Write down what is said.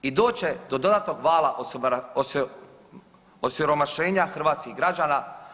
I doći će do dodatnog vala osiromašenja hrvatskih građana.